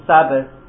Sabbath